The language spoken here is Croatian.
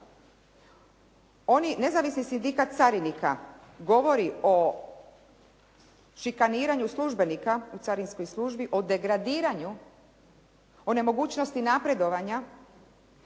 Nezavisni sindikat carinika govori o šikaniranju službenika u carinskoj službi, o degradiranju, o nemogućnosti napredovanja